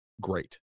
Great